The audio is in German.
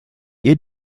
ihr